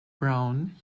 brown